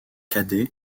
kadai